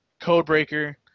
Codebreaker